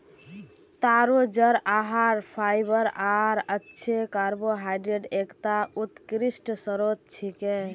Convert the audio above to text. तारो जड़ आहार फाइबर आर अच्छे कार्बोहाइड्रेटक एकता उत्कृष्ट स्रोत छिके